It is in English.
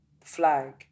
flag